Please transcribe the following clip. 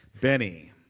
Benny